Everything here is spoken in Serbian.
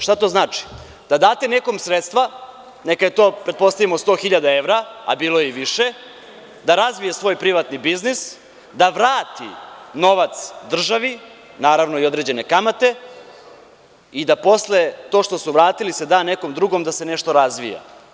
Šta to znači da date nekom sredstva, neka je to pretpostavimo 100.000 evra, a bilo je i više, da razvije svoj privatni biznis, da vrati novac državi, naravno i određene kamate i da posle to što su vratili se da nekom drugom da se nešto razvija.